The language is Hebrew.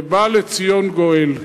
ובא לציון גואל.